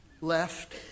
left